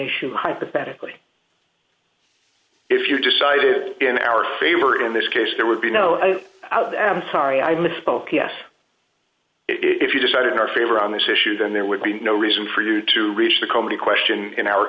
issue hypothetically if you decided in our favor in this case there would be no i am sorry i misspoke yes if you decided in our favor on this issue then there would be no reason for you to reach the comity question in our